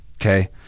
okay